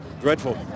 Dreadful